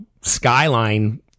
skyline